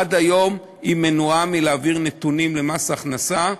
עד היום היא מנועה מלהעביר נתונים למס הכנסה,